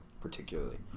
particularly